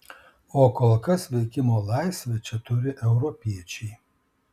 o kol kas veikimo laisvę čia turi europiečiai